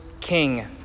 King